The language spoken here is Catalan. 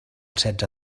setze